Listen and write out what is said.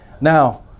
Now